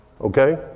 okay